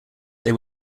they